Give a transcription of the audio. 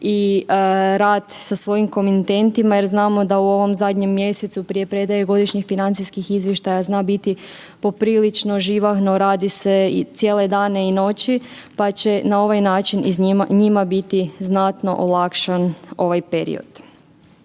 i rad sa svojim komitentima jer znamo da u ovom zadnjem mjesecu prije predaje godišnjih financijskih izvještaja zna biti poprilično živahno, radi se i cijele dane i noći, pa će na ovaj način njima biti znatno olakšan ovaj period.